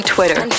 Twitter